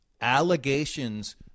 allegations